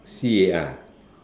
ya